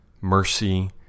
mercy